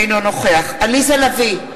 אינו נוכח עליזה לביא,